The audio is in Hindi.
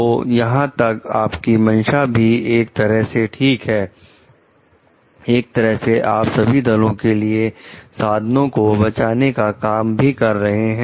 तो यहां तक आपकी मंशा भी एक तरह से ठीक है एक तरह से आप सभी दलों के लिए साधनों को बचाने का काम भी कर रहे हैं